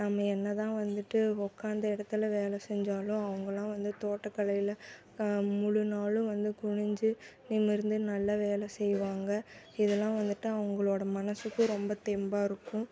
நம்ம என்ன தான் வந்துட்டு உக்காந்த இடத்துல வேலை செஞ்சாலும் அவங்கெல்லாம் வந்து தோட்டக்கலையில் முழு நாளும் வந்து குனிஞ்சு நிமிர்ந்து நல்லா வேலை செய்வாங்க இதெல்லாம் வந்துட்டு அவங்களோட மனசுக்கு ரொம்ப தெம்பாக இருக்கும்